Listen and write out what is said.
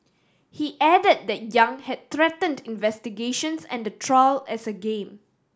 he added that Yang had threatened investigations and the trial as a game